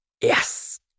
Yes